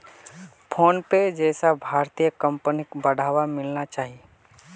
PhonePe जैसे भारतीय कंपनिक बढ़ावा मिलना चाहिए